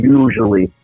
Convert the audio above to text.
usually